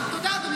אדוני